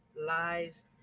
lies